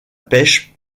pêche